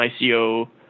ICO